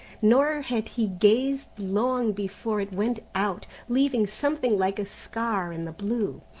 nor had he gazed long before it went out, leaving something like a scar in the blue.